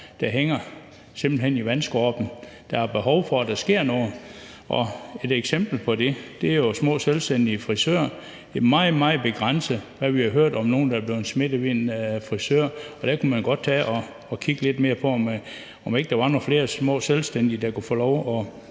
hen hænger i vandskorpen. Der er behov for, at der sker noget, og et eksempel på det er jo små selvstændige frisører. Det er meget, meget begrænset, hvad vi har hørt om nogen, der er blevet smittet ved en frisør. Der kunne man godt tage at kigge lidt mere på, om ikke der var nogle flere små selvstændige, der kunne få lov